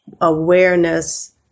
awareness